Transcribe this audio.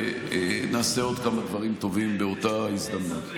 ונעשה עוד כמה דברים טובים באותה הזדמנות.